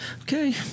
Okay